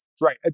right